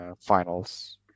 finals